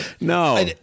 No